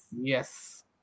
Yes